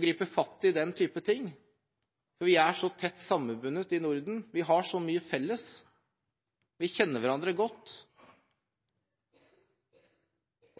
gripe fatt i den type ting, for vi er så tett sammenbundet i Norden, vi har så mye felles, vi kjenner hverandre godt.